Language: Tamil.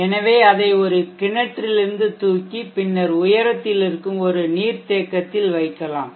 எனவே அதை ஒரு கிணற்றிலிருந்து தூக்கி பின்னர் உயரத்தில் இருக்கும் ஒரு நீர்த்தேக்கத்தில் வைக்கலாம்